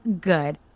good